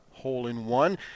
hole-in-one